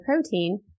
protein